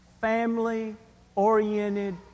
family-oriented